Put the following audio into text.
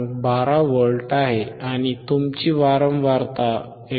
12V आहे आणि तुमची वारंवारता 159